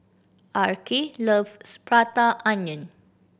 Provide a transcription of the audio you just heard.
Arkie loves Prata Onion